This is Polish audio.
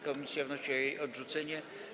Komisja wnosi o jej odrzucenie.